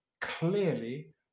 clearly